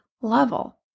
level